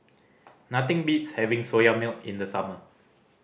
nothing beats having Soya Milk in the summer